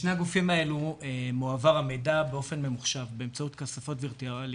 המידע מועבר לשני הגופים האלה באופן ממוחשב באמצעות כספות וירטואליות,